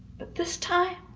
but this time,